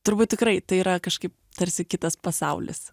turbūt tikrai tai yra kažkaip tarsi kitas pasaulis